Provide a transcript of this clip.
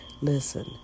Listen